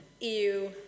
EU